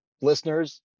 Listeners